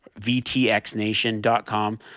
vtxnation.com